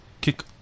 Kick